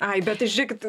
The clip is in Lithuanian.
aibė tai žiūrėkit